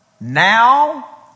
Now